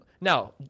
now